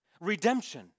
redemption